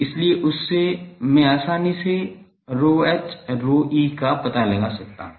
इसलिए उससे मैं आसानी से ρn ρe का पता लगा सकता हूं